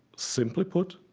simply put,